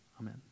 Amen